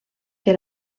que